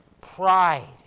Pride